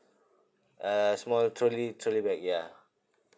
uh small trolley trolley bag yeah